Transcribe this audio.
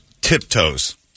Tiptoes